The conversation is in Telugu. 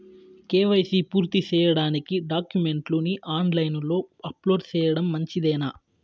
కే.వై.సి పూర్తి సేయడానికి డాక్యుమెంట్లు ని ఆన్ లైను లో అప్లోడ్ సేయడం మంచిదేనా?